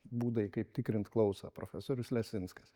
būdai kaip tikrint klausą profesorius lesinskas